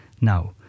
Now